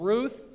Ruth